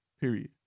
Period